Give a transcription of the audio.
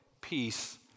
Peace